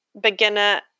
beginner